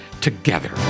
together